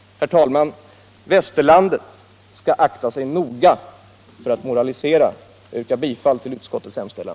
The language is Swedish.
Herr talman! Västerlandet skall akta sig noga för att moralisera. Jag yrkar bifall till utskottets hemställan.